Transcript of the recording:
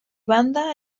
banda